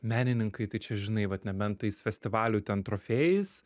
menininkai tai čia žinai vat nebent tais festivalių ten trofėjais